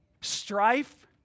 strife